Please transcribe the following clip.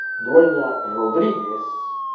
duena rodriguez,